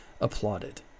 applauded